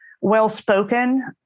well-spoken